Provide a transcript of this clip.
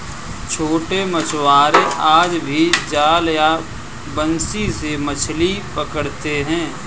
छोटे मछुआरे आज भी जाल या बंसी से मछली पकड़ते हैं